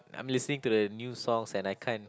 I'm listening to the new songs and I can't